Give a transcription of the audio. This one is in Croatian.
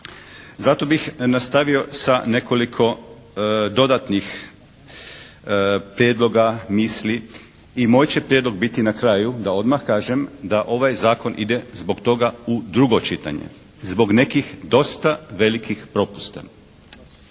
Zato bih nastavio sa nekoliko dodatnih prijedloga, misli i moj će prijedlog biti na kraju da odmah kažem da ovaj zakon ide zbog toga u drugo čitanje, zbog nekih dosta velikih propusta.